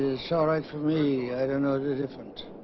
it's alright for me i don't know the difference